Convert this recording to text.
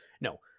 No